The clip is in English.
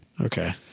Okay